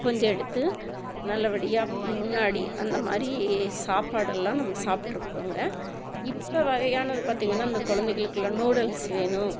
கொஞ்சம் எடுத்து நல்ல படியாக முன்னாடி அந்த மாதிரி சாப்பாடு எல்லாம் நம்ம சாப்பிட்ருக்கோங்க இப்போ வகையான பார்த்திங்கனா அந்த குழந்தைகளுக்குலாம் நூடுல்ஸ் வேணும்